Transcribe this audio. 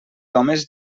homes